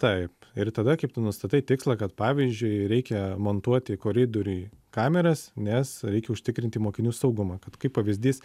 taip ir tada kaip tu nustatai tikslą kad pavyzdžiui reikia montuoti koridoriuj kameras nes reikia užtikrinti mokinių saugumą kad kaip pavyzdys